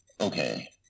Okay